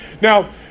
now